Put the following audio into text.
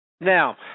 Now